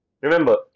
Remember